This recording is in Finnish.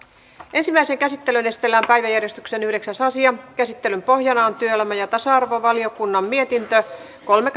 ensimmäiseen käsittelyyn esitellään päiväjärjestyksen yhdeksäs asia käsittelyn pohjana on työelämä ja ja tasa arvovaliokunnan mietintö kolme